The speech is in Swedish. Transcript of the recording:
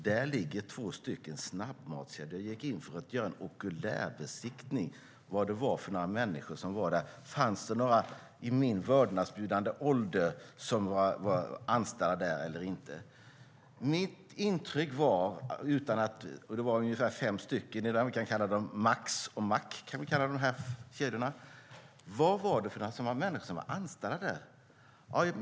Där ligger två snabbmatkedjor, och jag gick in för att göra en ockulärbesiktning av vad det var för människor som jobbade där, om där fanns några anställda i min vördnadsbjudande ålder. Vi kan kalla kedjorna för Max och Mac. Vad var det för människor som var anställda där?